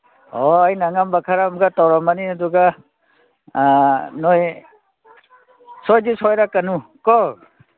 ꯑꯣ ꯑꯩꯅ ꯑꯉꯝꯕ ꯈꯔ ꯑꯃꯒ ꯇꯧꯔꯝꯃꯅꯤ ꯑꯗꯨꯒ ꯅꯣꯏ ꯁꯣꯏꯗꯤ ꯁꯣꯏꯔꯛꯀꯅꯨꯀꯣ